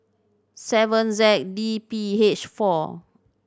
seven Z D P H four